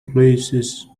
places